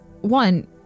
One